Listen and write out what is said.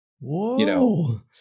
Whoa